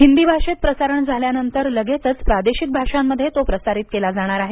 हिंदी भाषेत प्रसारण झाल्यानंतर लगेचच प्रादेशिक भाषांमध्ये तो प्रसारित केलं जाणार आहे